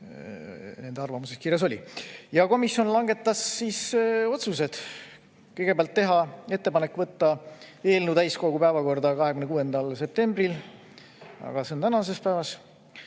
nende arvamuses kirjas oli. Komisjon langetas otsused. Kõigepealt, teha ettepanek võtta eelnõu täiskogu päevakorda 26. septembril, aga see on tänases päevas.